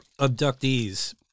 abductees